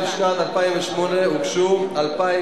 יציג את הצעת החוק יושב-ראש ועדת הפנים